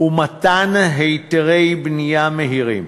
ומתן היתרי בנייה מהירים.